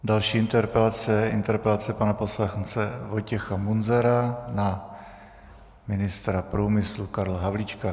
Další interpelace je interpelace pana poslance Vojtěcha Munzara na ministra průmyslu Karla Havlíčka.